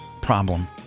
problem